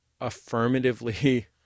affirmatively